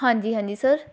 ਹਾਂਜੀ ਹਾਂਜੀ ਸਰ